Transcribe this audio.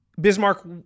Bismarck